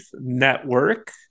Network